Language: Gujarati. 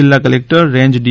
જિલ્લા કલેકટર રેન્જ ડિ